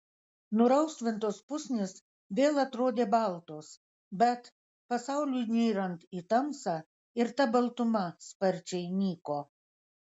nurausvintos pusnys vėl atrodė baltos bet pasauliui nyrant į tamsą ir ta baltuma sparčiai nyko